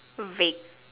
vague